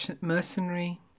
mercenary